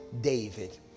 David